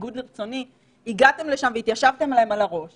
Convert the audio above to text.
בניגוד לרצוני, הגעתם לשם והתיישבתם להם על הראש